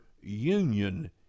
union